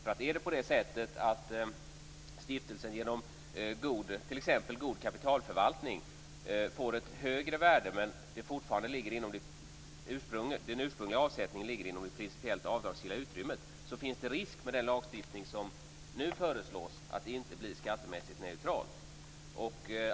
Är det på det sättet att stiftelsen genom t.ex. god kapitalförvaltning får ett högre värde, men den ursprungliga avsättningen fortfarande ligger inom det principiellt avdragsgilla utrymmet, finns det risk med den lagstiftning som nu föreslås att det inte blir skattemässigt neutralt.